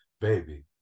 baby